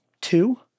two